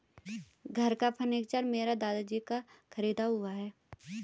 घर का सारा फर्नीचर मेरे दादाजी का खरीदा हुआ है